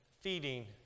feeding